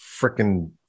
freaking